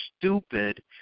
stupid